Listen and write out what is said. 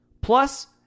Plus